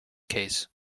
case